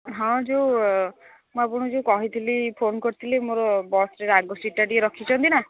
ହଁ ଯେଉଁ ମୁଁ ଆପଣଙ୍କୁ ଯେଉଁ କହିଥିଲି ଫୋନ୍ କରିଥିଲି ମୋର ବସ୍ରେ ଆଗ ସିଟ୍ଟା ଟିକେ ରଖିଛନ୍ତି ନା